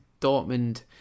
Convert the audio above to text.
Dortmund